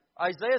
Isaiah